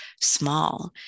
small